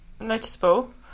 noticeable